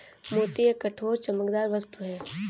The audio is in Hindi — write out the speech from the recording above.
मोती एक कठोर, चमकदार वस्तु है